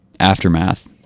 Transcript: aftermath